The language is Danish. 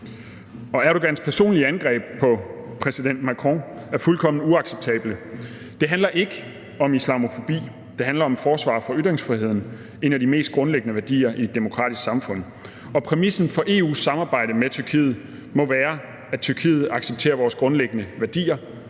Erdogans personlige angreb på præsident Macron er fuldkommen uacceptable. Det handler ikke om islamofobi; det handler om et forsvar for ytringsfriheden, en af de mest grundlæggende værdier i et demokratisk samfund. Præmissen for EU's samarbejde med Tyrkiet må være, at Tyrkiet accepterer vores grundlæggende værdier.